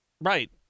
Right